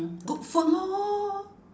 good food lor